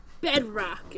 Bedrock